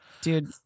Dude